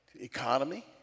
economy